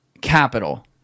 capital